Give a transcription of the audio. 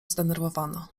zdenerwowana